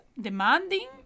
demanding